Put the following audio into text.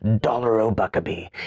dollar-o-buckabee